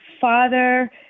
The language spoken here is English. father